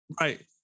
Right